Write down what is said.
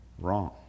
wrong